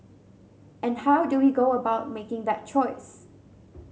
and how do we go about making that choice